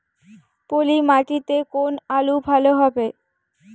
পলি মাটিতে কোন আলু ভালো হবে?